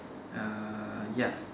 uh ya